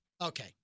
Okay